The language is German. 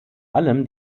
allem